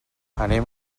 anem